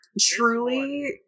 Truly